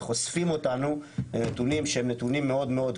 וחושפים אותנו לנתונים שהם נתונים מאוד מאוד קשים.